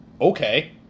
okay